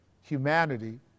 humanity